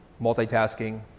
multitasking